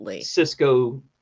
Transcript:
Cisco